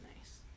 nice